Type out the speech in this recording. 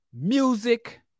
music